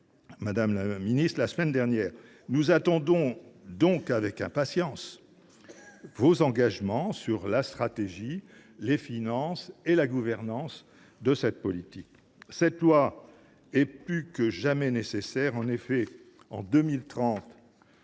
madame la ministre. Nous attendons avec impatience vos engagements sur la stratégie, les finances et la gouvernance de cette politique. Cette loi est plus que jamais nécessaire, puisque, en 2030,